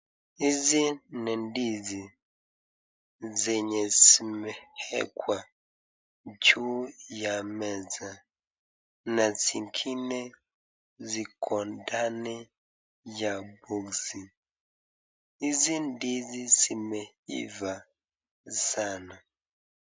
Hizi ni ndizi zenye zimewekwa juu ya meza na zingine ziko ndani ya boksi hizi ndizi zimeivaa sana.